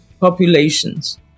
populations